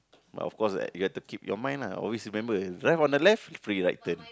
but of course ah you got to keep on your mind lah always remember drive on the left free right turn